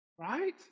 Right